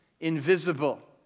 invisible